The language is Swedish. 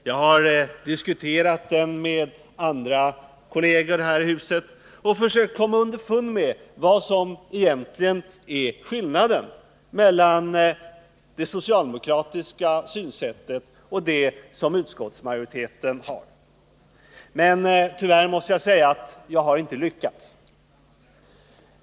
Jag har diskuterat den med andra kolleger här i huset och försökt komma underfund med vad som egentligen är skillnaden mellan det socialdemokratiska synsättet och utskottsmajoritetens. Tyvärr måste jag säga att jag inte har lyckats.